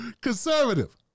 conservative